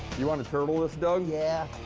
you want to turtle this, doug? yeah.